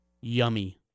Yummy